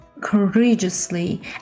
courageously